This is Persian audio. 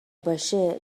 باشه